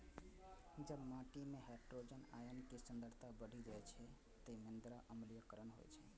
जब माटि मे हाइड्रोजन आयन के सांद्रता बढ़ि जाइ छै, ते मृदा अम्लीकरण होइ छै